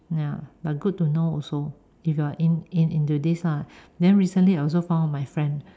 ya but good to know also if you're in in into this lah then recently I also found my friend